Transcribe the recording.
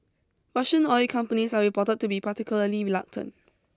Russian oil companies are reported to be particularly reluctant